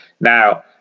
Now